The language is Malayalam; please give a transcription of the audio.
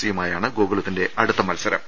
സിയുമായുമായാണ് ഗോകുലത്തിന്റെ അടുത്ത മത്സരം